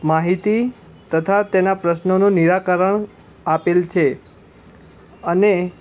માહિતી તથા તેના પ્રશ્નોનું નિરાકરણ આપેલું છે અને